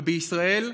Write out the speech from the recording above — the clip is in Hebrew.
ובישראל,